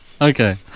Okay